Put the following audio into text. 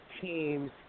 Teams